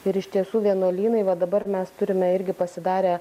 ir iš tiesų vienuolynai va dabar mes turime irgi pasidarę